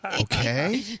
Okay